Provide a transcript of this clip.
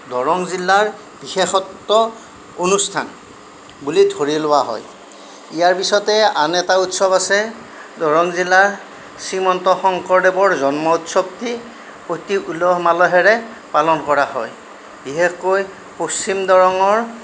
দৰং জিলাৰ বিশেষত্ব অনুষ্ঠান বুলি ধৰি লোৱা হয় ইয়াৰ পিছতে আন এটা উৎসৱ আছে দৰং জিলাৰ শ্ৰীমন্ত শংকৰদেৱৰ জন্ম উৎসৱটি অতি উলহ মালহেৰে পালন কৰা হয় বিশেষকৈ পশ্চিম দৰঙৰ